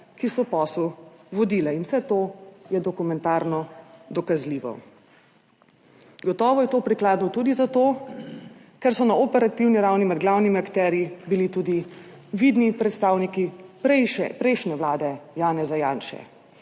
ki so posel vodile. In vse to je dokumentarno dokazljivo. Gotovo je to prikladno tudi zato, ker so na operativni ravni med glavnimi akterji bili tudi vidni predstavniki prejšnje Vlade Janeza Janše,